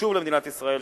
חשוב למדינת ישראל.